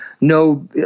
no